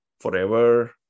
forever